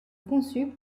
conçu